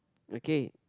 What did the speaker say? okay